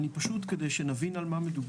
זאת אומרת שאם אני מסתכלת על מה שהם קיבלו